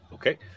Okay